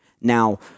Now